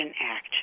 Act